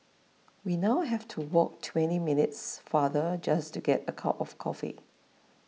we now have to walk twenty minutes farther just to get a cup of coffee